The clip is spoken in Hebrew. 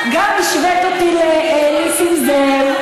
גם השווית אותי לנסים זאב,